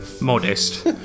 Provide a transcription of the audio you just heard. modest